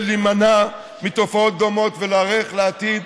להימנע מתופעות דומות ולהיערך לעתיד,